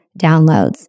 downloads